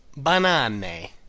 banane